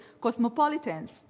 cosmopolitans